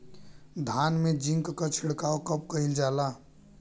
धान में जिंक क छिड़काव कब कइल जाला?